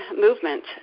movement